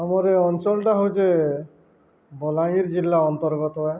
ଆମର ଏ ଅଞ୍ଚଳଟା ହେଉଛେ ବଲାଙ୍ଗୀର ଜିଲ୍ଲା ଅନ୍ତର୍ଗତ